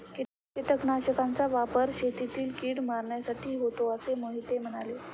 कीटकनाशकांचा वापर शेतातील कीड मारण्यासाठी होतो असे मोहिते म्हणाले